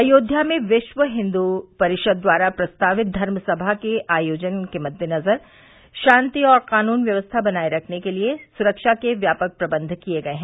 अयोध्या में विश्व हिन्दू परिषद द्वारा प्रस्तावित धर्म समा के आयोजन के मददेनजर शान्ति और कानून व्यवस्था बनाये रखने के लिए सुरक्षा के व्यापक प्रबन्ध किर्य गये हैं